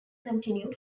continued